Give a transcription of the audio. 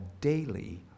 daily